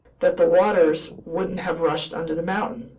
that the waters wouldn't have rushed under the mountain,